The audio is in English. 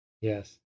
Yes